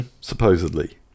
Supposedly